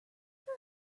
ever